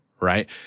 right